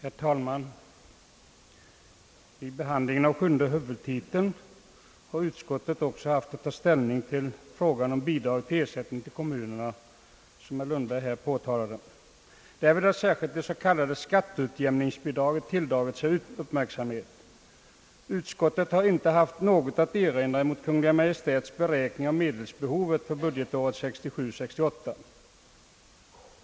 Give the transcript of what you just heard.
Herr talman! Vid behandlingen av sjunde huvudtiteln har statsutskottet också haft att ta ställning till frågan om bidrag och ersättningar till kommunerna, såsom herr Lundberg nyss påtalat. Därvid har särskilt det s.k. skatteutjämningsbidraget tilldragit sig uppmärksamhet. Utskottet har inte haft något att erinra mot Kungl. Maj:ts beräkning av medelsbehovet för budgetåret 1967/68.